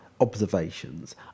observations